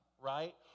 right